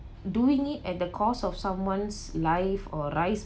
doing it at the cost of someone's life or rice